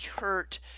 hurt